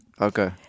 Okay